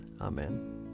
Amen